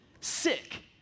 sick